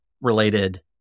related